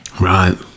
right